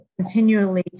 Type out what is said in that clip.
continually